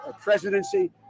presidency